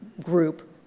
group